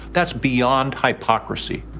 that's beyond hypocrisy.